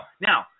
Now